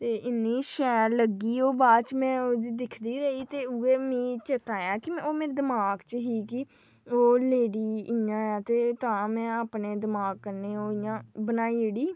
ते इ'न्नी शैल लग्गी ओह् बाच में उस्सी दिखदी रेही ते उ'यै मीं चेत्ता आया कि ओह् मेरे दमाग च ही कि ओह् लेडी इ'यां ऐ ते तां में अपने दमाग कन्नै ओह् इ'यां बनाइड़ी